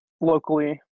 locally